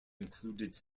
includes